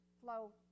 flow